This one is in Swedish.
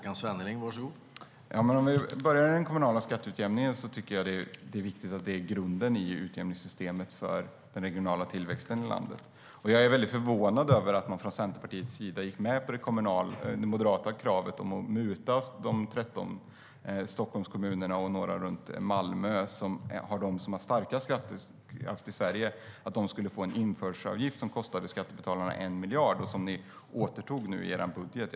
Herr talman! Om vi börjar med den kommunala skatteutjämningen tycker jag att det är viktigt att det är grunden i utjämningssystemet för den regionala tillväxten i landet. Jag är förvånad över att man från Centerpartiets sida gick med på det moderata kravet om att muta de 13 Stockholmskommunerna och några kommuner runt Malmö, som är de som har den starkaste skattekraften i Sverige, och att de skulle få en införselavgift som kostade skattebetalarna 1 miljard. Detta återtog ni nu i er budget.